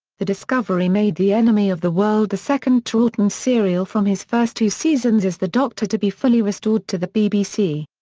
the discovery made the enemy of the world the second troughton serial from his first two seasons as the doctor to be fully restored to the bbc.